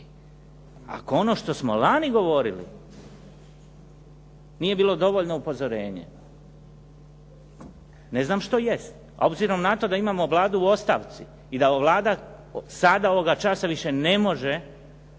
ako ono što smo lani govorili nije bilo dovoljno upozorenje ne znam što jest, obzirom na to da imamo Vladu u ostavci i da Vlada sada ovoga časa više ne može